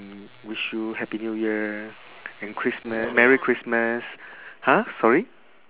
wish you happy new year and christmas merry christmas !huh! sorry